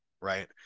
right